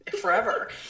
Forever